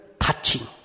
touching